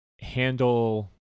handle